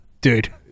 Dude